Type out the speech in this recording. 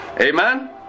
Amen